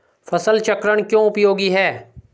फसल चक्रण क्यों उपयोगी है?